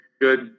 Good